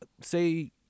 say